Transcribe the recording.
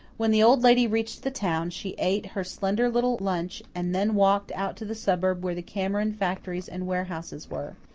when the old lady reached the town, she ate her slender little lunch and then walked out to the suburb where the cameron factories and warehouses were.